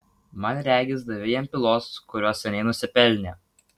man regis davei jam pylos kurios seniai nusipelnė